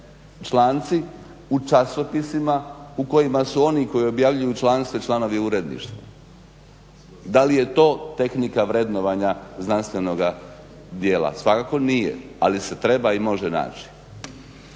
članci u časopisima u kojima su oni koji objavljuju članstvo i članovi uredništva. Da li je to tehnika vrednovanja znanstvenoga dijela? Svakako nije, ali se treba i može naći.